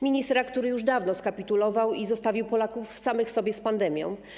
Ministra, który już dawno skapitulował i zostawił Polaków samych sobie z pandemią.